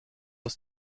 ist